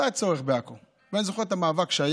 כשלא היה צורך, בעכו, ואני זוכר את המאבק שהיה.